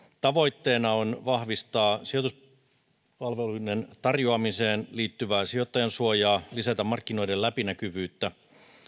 tavoitteena on vahvistaa sijoituspalveluiden tarjoamiseen liittyvää sijoittajansuojaa lisätä markkinoiden läpinäkyvyyttä